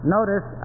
Notice